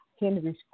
Henry's